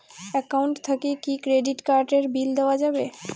Account থাকি কি credit card এর বিল দেওয়া যাবে?